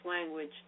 language